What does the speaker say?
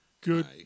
good